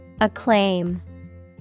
Acclaim